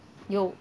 有